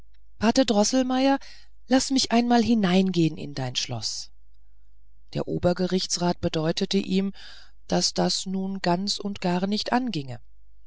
pate droßelmeier laß mich mal hineingehen in dein schloß der obergerichtsrat bedeutete ihn daß das nun ganz und gar nicht anginge